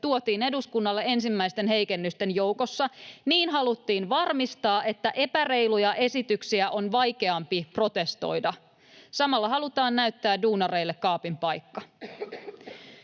tuotiin eduskunnalle ensimmäisten heikennysten joukossa. Niin haluttiin varmistaa, että epäreiluja esityksiä on vaikeampi protestoida. Samalla halutaan näyttää duunareille kaapin paikka.